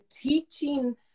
teaching